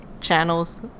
channels